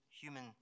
human